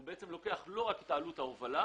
כי המוביל לא לוקח רק את עלות ההובלה.